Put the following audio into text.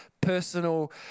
personal